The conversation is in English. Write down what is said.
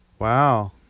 Wow